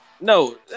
No